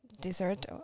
dessert